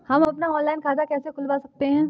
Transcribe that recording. हम अपना खाता ऑनलाइन कैसे खुलवा सकते हैं?